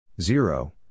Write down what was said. Zero